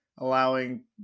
allowing